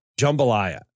jambalaya